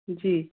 जी